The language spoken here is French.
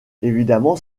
évidemment